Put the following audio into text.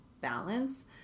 balance